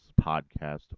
podcast